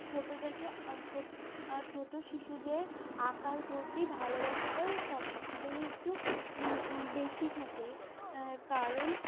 ছোটো থেকে ছো ছোটো শিশুদের আঁকার প্রতি ভালোবাসাটা সব শিশুদেরই একটু বেশি থাকে কারণ